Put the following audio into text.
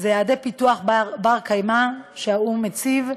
אלה יעדי פיתוח בר-קיימא שהאו"ם מציב.